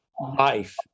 life